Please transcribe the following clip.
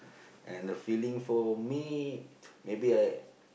and the feeling for me maybe I